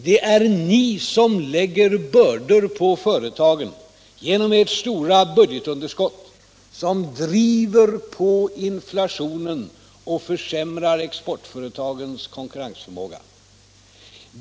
Det är ni som lägger bördor på företagen genom ert stora budgetunderskott, som driver på inflationen och försämrar exportföretagens konkurrensförmåga.